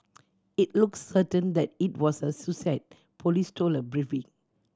it looks certain that it was a suicide police told a briefing